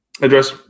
Address